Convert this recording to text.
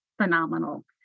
phenomenal